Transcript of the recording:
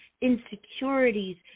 insecurities